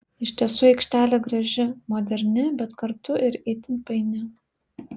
iš tiesų aikštelė graži moderni bet kartu ir itin paini